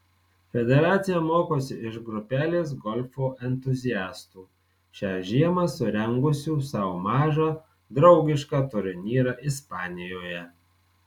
federacija mokosi iš grupelės golfo entuziastų šią žiemą surengusių sau mažą draugišką turnyrą ispanijoje